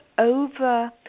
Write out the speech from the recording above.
over